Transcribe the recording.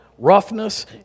Roughness